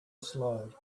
slide